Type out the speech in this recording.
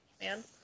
man